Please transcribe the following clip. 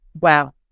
wow